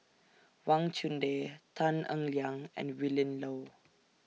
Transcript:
Wang Chunde Tan Eng Liang and Willin Low